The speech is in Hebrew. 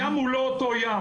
הים הוא לא אותו ים.